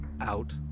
out